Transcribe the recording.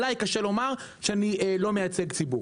עליי קשה לומר שאני לא מייצג ציבור.